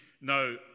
Now